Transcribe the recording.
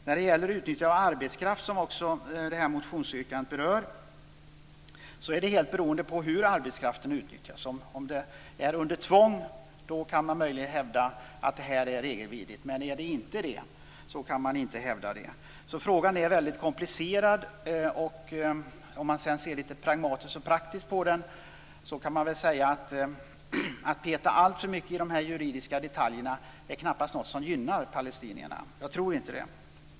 När det gäller utnyttjande av arbetskraft, som det här motionsyrkandet också berör, är det helt beroende på hur arbetskraften utnyttjas. Om det är under tvång kan man möjligen hävda att det är regelvidrigt. Men är det inte tvång kan man inte hävda det. Frågan är väldigt komplicerad. Om man ser litet pragmatiskt och praktiskt på den kan man väl säga att alltför mycket petande i de juridiska detaljerna knappast är något som gynnar palestinierna. Jag tror inte det.